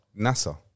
NASA